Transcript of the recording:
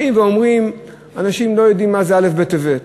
באים ואומרים: אנשים לא יודעים מה זה א' בטבת.